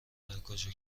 هرکجا